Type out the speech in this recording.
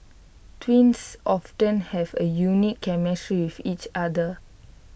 twins often have A unique chemistry with each other